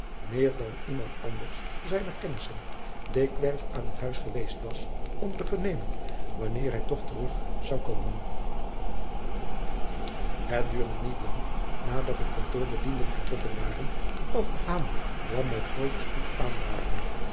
meer dan iemand anders zijner kennissen dikwerf aan hun huis geweest was om te vernemen wanneer hij toch terug zou komen et duurde niet lang nadat de kantoorbedienden vertrokken waren of kwam met grooten spoed aandraven